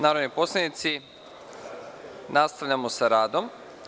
narodni poslanici, nastavljamo sa radom.